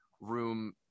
room